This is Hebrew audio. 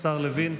השר לוין.